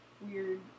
weird